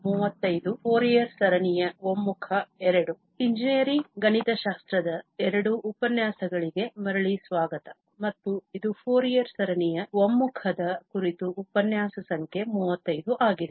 ಆದ್ದರಿಂದ ಇಂಜಿನಿಯರಿಂಗ್ ಗಣಿತಶಾಸ್ತ್ರದ II ಉಪನ್ಯಾಸಗಳಿಗೆ ಮರಳಿ ಸ್ವಾಗತ ಮತ್ತು ಇದು ಫೋರಿಯರ್ ಸರಣಿಯ ಒಮ್ಮುಖದ ಕುರಿತು ಉಪನ್ಯಾಸ ಸಂಖ್ಯೆ 35 ಆಗಿದೆ